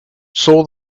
saw